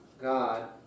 God